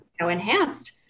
enhanced